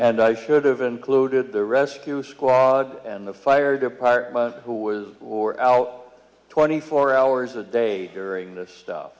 and i should've included the rescue squad and the fire department who was or al twenty four hours a day during the stuff